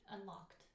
Unlocked